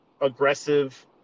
aggressive